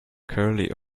curly